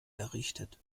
errichtet